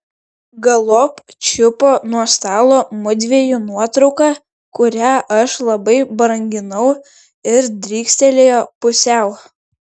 galop čiupo nuo stalo mudviejų nuotrauką kurią aš labai branginau ir drykstelėjo pusiau